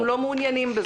הם לא מעוניינים בזה.